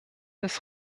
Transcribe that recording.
des